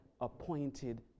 appointed